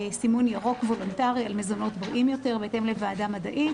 סימון ירוק וולונטרי על מזונות בריאים יותר בהתאם לוועדה מדעית,